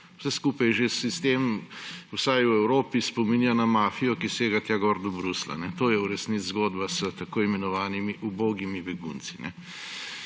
Vse skupaj, že sistem, vsaj v Evropi, spominja na mafijo, ki sega tja gor do Bruslja. To je v resnici zgodba s tako imenovanimi ubogimi begunci.